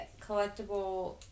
collectible